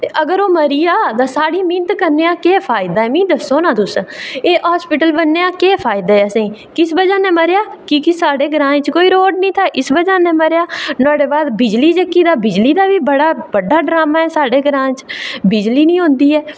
ते अगर ओह् मरी जा तां साढ़ी मैह्नत करने दा केह् फायदा ऐ मिगी दस्सो आं तुस एह् हॉस्पिटल बनने दा केह् फायदा ऐ तुसें गी किस बजह कन्नै मरेआ की साढ़े ग्रांऽ बिच रोड़ निं था इस बजह कन्नै मरेआ ते नुहाड़ै बाद बिजली जेह्की तां बिजली दा बी बड़ा बड्डा ड्रामां ऐ साढ़े ग्रांऽ च बिजली निं औंदी ऐ